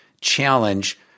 challenge